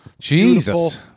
Jesus